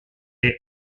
est